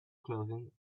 clothing